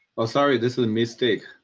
ah sorry. this is a mistake.